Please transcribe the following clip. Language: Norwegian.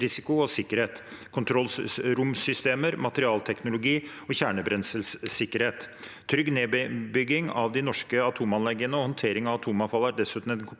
IKT-risiko og -sikkerhet, kontrollromsystemer, materialteknologi og kjernebrenselssikkerhet. Trygg nedbygging av de norske atomanleggene og håndtering av atomavfall er dessuten en